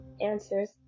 answers